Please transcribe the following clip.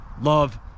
love